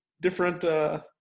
different